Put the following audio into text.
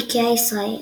איקאה ישראל